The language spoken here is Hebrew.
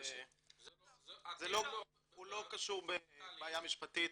הוא לא קשור בבעיה משפטית,